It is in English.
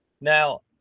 Now